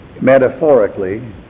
metaphorically